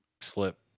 slip